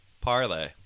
parlay